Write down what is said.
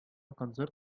концерт